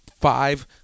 five